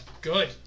good